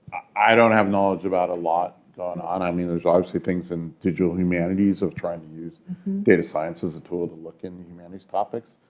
i don't have knowledge about a lot going on. i mean, there's obviously things in digital humanities of trying to use data science as a tool to look into humanities topics.